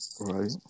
Right